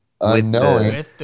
unknowing